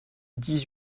dix